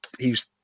hes